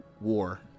War